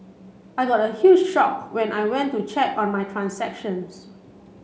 I got a huge shocked when I went to check on my transactions